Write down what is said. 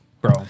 bro